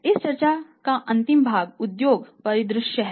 इस चर्चा का अंतिम भाग उद्योग परिदृश्य है